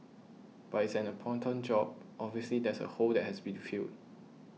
but it's an important job obviously there's a hole that has to be to filled